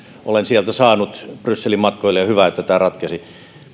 olen sieltä saanut brysselin matkoille hyvä että tämä ratkesi